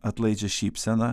atlaidžią šypseną